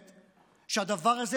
שהדבר הזה הוא אפשרי.